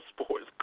sports